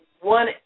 one